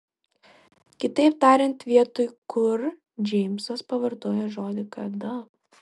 kitaip tariant vietoj kur džeimsas pavartojo žodį kada